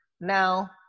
now